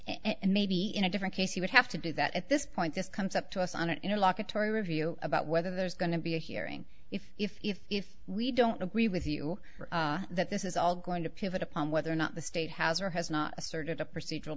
and maybe in a different case he would have to do that at this point just comes up to us on it you know like a tory review about whether there's going to be a hearing if if if if we don't agree with you that this is all going to pivot upon whether or not the state has or has not asserted a procedural